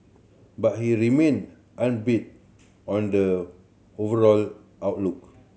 but he remain upbeat on the overall outlook